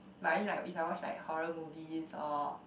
but I mean if like I watch like horror movies or